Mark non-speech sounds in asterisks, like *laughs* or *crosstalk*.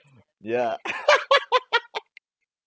ya *laughs*